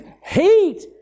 hate